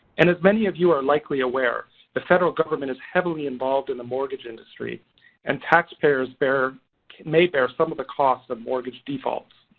and as many of you are likely aware the federal government is heavily involved in the mortgage industry and taxpayers may bear some of the costs of mortgage defaults.